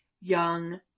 young